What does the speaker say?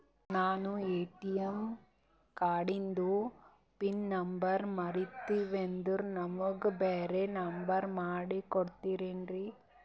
ನಾನು ಎ.ಟಿ.ಎಂ ಕಾರ್ಡಿಂದು pin number ಮರತೀವಂದ್ರ ನಮಗ ಬ್ಯಾರೆ ನಂಬರ್ ಮಾಡಿ ಕೊಡ್ತೀರಿ?